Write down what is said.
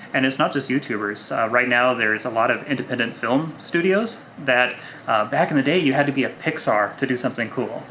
and it's not just youtubers. right now there is a lot of independent film studios that back in the day you had to be a pixar to do something cool,